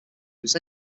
was